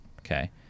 okay